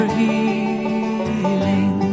healing